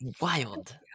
wild